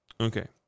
Okay